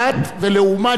ולעומת זאת,